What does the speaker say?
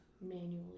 Manually